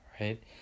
Right